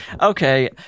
Okay